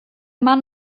mann